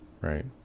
right